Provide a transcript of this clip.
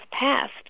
passed